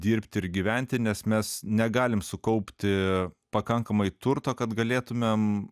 dirbti ir gyventi nes mes negalim sukaupti pakankamai turto kad galėtumėm